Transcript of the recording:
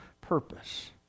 purpose